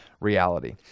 reality